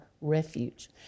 refuge